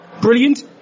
Brilliant